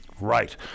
Right